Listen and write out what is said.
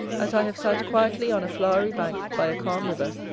as i have sat quietly on a flowery bank by a calm river,